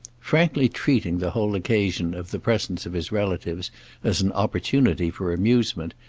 frankly treating the whole occasion of the presence of his relatives as an opportunity for amusement,